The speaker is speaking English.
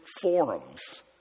forums